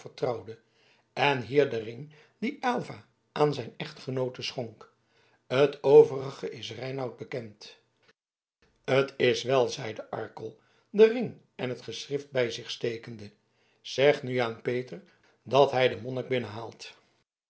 en hier den ring dien aylva aan zijn echtgenoote schonk het overige is reinout bekend t is wel zeide arkel den ring en het geschrift bij zich stekende zeg nu aan peter dat hij den monnik binnenlaat